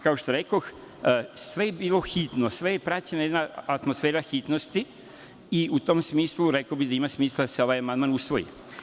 Kao što rekoh, sve je bilo hitno, postojala je jedna atmosfera hitnosti i u tom smislu, rekao bih, ima smisla da se ovaj amandman usvoji.